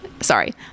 Sorry